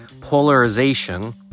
polarization